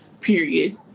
period